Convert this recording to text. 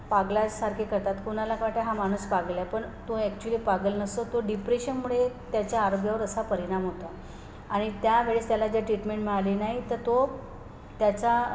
पागलासारखे करतात कोणाला असं वाटते हा माणूस पागल आहे पण तो ॲक्च्युअली पागल नसतो तो डिप्रेशनमुळे त्याच्या आरोग्यावर असा परिणाम होता आणि त्यावेळेस त्याला जर ट्रीटमेंट मिळाली नाही तर तो त्याचा